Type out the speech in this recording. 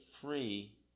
free